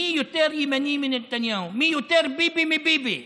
מי יותר ימני מנתניהו, מי יותר ביבי מביבי,